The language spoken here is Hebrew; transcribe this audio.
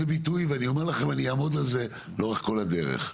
ביטוי ואני אעמוד על זה לאורך כל הדרך.